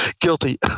Guilty